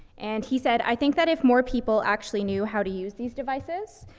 and he said, i think that if more people actually knew how to use these devices,